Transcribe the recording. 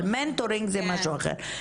אבל מנטורינג זה משהו אחר.